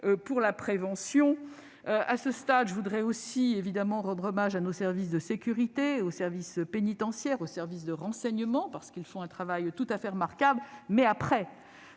pour la prévention. À ce stade, je tiens évidemment à rendre hommage à nos services de sécurité, aux services pénitentiaires, aux services de renseignement, qui accomplissent un travail tout à fait remarquable, mais en aval.